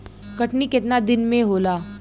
कटनी केतना दिन में होला?